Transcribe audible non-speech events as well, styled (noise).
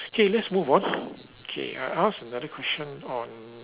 K let's move on (noise) K I ask another question on